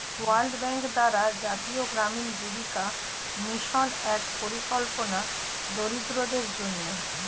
world Bank দ্বারা জাতীয় গ্রামীণ জীবিকা মিশন এক পরিকল্পনা দরিদ্রদের জন্যে